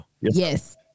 Yes